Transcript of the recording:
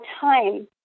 time